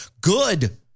Good